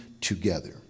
together